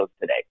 today